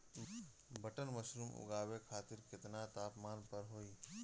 Button mushroom उगावे खातिर केतना तापमान पर होई?